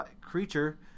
creature